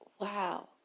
wow